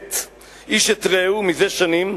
איש את רעהו זה שנים,